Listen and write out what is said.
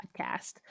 podcast